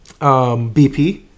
BP